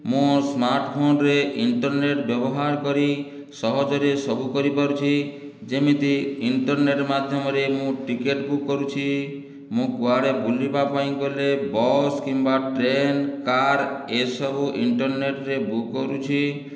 ମୁଁ ସ୍ମାର୍ଟ ଫୋନରେ ଇଣ୍ଟର୍ନେଟ ବ୍ୟବହାର କରି ସହଜରେ ସବୁ କରିପାରୁଛି ଯେମିତି ଇଣ୍ଟର୍ନେଟ ମାଧ୍ୟମରେ ମୁଁ ଟିକେଟ ବୁକ୍ କରୁଛି ମୁଁ କୁଆଡ଼େ ବୁଲିବାପାଇଁ ଗଲେ ବସ୍ କିମ୍ବା ଟ୍ରେନ କାର୍ ଏସବୁ ଇଣ୍ଟର୍ନେଟରେ ବୁକ୍ କରୁଛି